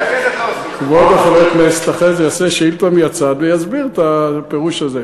כבוד חבר הכנסת אחרי זה יעשה שאילתה מהצד ויסביר את הפירוש הזה.